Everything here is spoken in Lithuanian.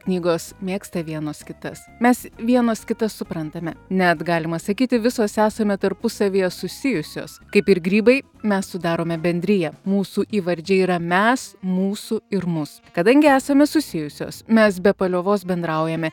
knygos mėgsta vienos kitas mes vienos kitą suprantame net galima sakyti visos esame tarpusavyje susijusios kaip ir grybai mes sudarome bendriją mūsų įvardžiai yra mes mūsų ir mus kadangi esame susijusios mes be paliovos bendraujame